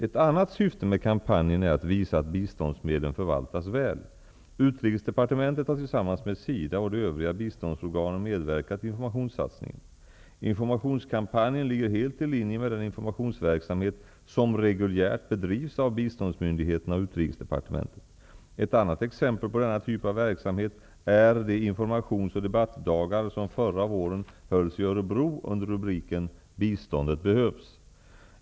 Ett annat syfte med kampanjen är att visa att biståndsmedlen förvaltas väl. Utrikesdepartementet har tillsammans med SIDA och de övriga biståndsorganen medverkat i informationssatsningen. Informationskampanjen ligger helt i linje med den informationsverksamhet som reguljärt bedrivs av biståndsmyndigheterna och Utrikesdepartementet. Ett annat exempel på denna typ av verksamhet är de informations och debattdagar som förra våren hölls i Örebro under rubriken ''Biståndet Behövs''.